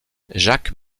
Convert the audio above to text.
jacques